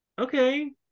okay